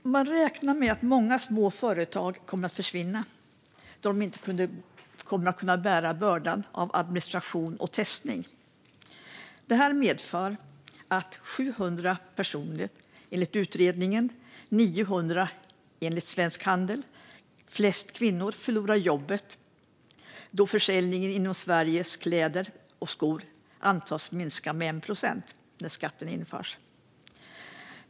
Fru talman! Jag tackar för svaret. Man räknar med att många små företag kommer att försvinna då de inte kommer att kunna bära bördan i form av administration och testning. Detta medför att 700 personer, enligt utredningen, eller 900 personer, enligt Svensk Handel, främst kvinnor, förlorar jobbet då försäljningen inom Sverige av kläder och skor antas minska med 1 procent när skatten införs.